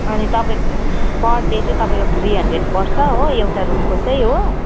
अनि तपाईँको per day चाहिँ तपाईँको थ्री हन्ड्रेड पर्छ हो एउटा रुमको चाहिँ हो